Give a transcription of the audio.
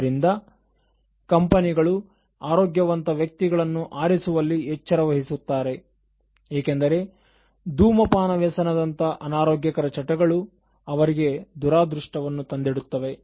ಆದ್ದರಿಂದ ಕಂಪನಿಗಳು ಆರೋಗ್ಯವಂತ ವ್ಯಕ್ತಿಗಳನ್ನು ಆರಿಸುವಲ್ಲಿ ಹೆಚ್ಚು ಎಚ್ಚರ ವಹಿಸುತ್ತಾರೆ ಏಕೆಂದರೆ ಧೂಮಪಾನವ್ಯಸನದಂತ ಅನಾರೋಗ್ಯಕರ ಚಟಗಳು ಅವರಿಗೆ ದುರಾದೃಷ್ಟವನ್ನು ತಂದಿಡುತ್ತವೆ